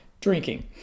drinking